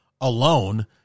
alone